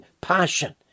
passion